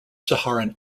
saharan